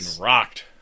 rocked